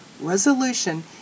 resolution